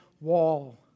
wall